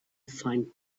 find